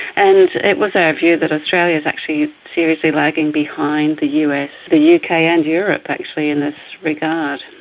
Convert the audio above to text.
and it was our view that australia is actually seriously lagging behind the us, the yeah uk ah and europe actually in this regard.